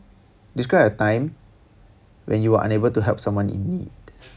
describe a time when you are unable to help someone in need